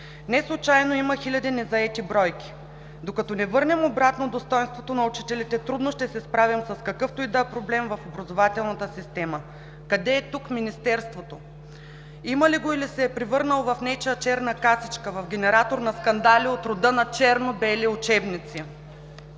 Неслучайно има хиляди незаети бройки. Докато не върнем обратно достойнството на учителите, трудно ще се справим с какъвто и да е проблем в образователната система. Къде е тук Министерството? Има ли го, или се е превърнало в нечия черна касичка, в генeратор на скандали от рода на черно-бели учебници?